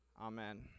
Amen